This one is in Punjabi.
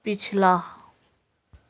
ਪਿਛਲਾ